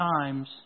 times